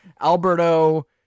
Alberto